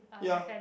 ya